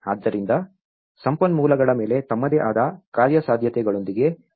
ಆದ್ದರಿಂದ ಸಂಪನ್ಮೂಲಗಳ ಮೇಲೆ ತಮ್ಮದೇ ಆದ ಕಾರ್ಯಸಾಧ್ಯತೆಗಳೊಂದಿಗೆ ಅವರು ಹೇಗೆ ವಿಸ್ತರಿಸಬಹುದು